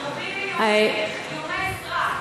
איומי סרק.